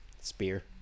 spear